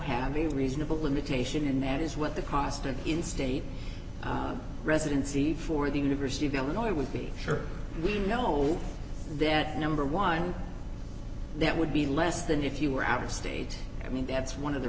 have a reasonable limitation and is what the cost of in state residency for the university of illinois would be sure we know that number one that would be less than if you were out of state i mean that's one of the